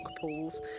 pools